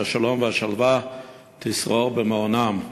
שהשלום והשלווה ישררו במעונם.